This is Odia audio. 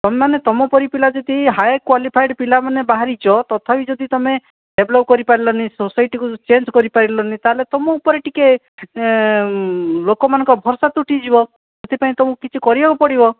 ତୁମେମାନେ ତୁମ ପରି ପିଲା ଯଦି ହାଇ କ୍ଵାଲିଫାଏଡ଼୍ ପିଲାମାନେ ବାହାରିଛ ତଥାପି ଯଦି ତୁମେ ଡେଭେଲପ୍ କରିପାରିଲନି ସୋସାଇଟିକୁ ଚେଞ୍ଜ୍ କରିପାରିଲନି ତା'ହେଲେ ତୁମ ଉପରେ ଟିକିଏ ଲୋକମାନଙ୍କର ଭରଷା ତୁଟି ଯିବ ସେଥିପାଇଁ ତୁମକୁ କିଛି କରିବାକୁ ପଡ଼ିବ